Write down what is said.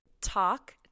Talk